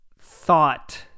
thought –